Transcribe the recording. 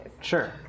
Sure